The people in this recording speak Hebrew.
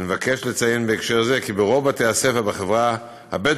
אני מבקש לציין בהקשר זה כי ברוב בתי הספר בחברה הבדואית